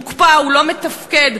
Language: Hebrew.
מוקפא, לא מתפקד.